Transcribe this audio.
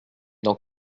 dans